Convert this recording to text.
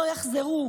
לא יחזרו,